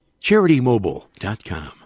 CharityMobile.com